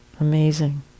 Amazing